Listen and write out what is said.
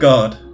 God